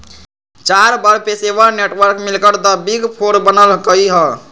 चार बड़ पेशेवर नेटवर्क मिलकर द बिग फोर बनल कई ह